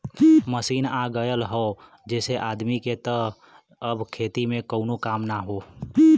machine आ गयल हौ जेसे आदमी के त अब खेती में कउनो काम ना हौ